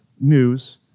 news